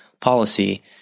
policy